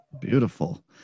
Beautiful